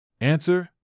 answer